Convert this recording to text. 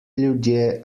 ljudje